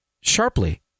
sharply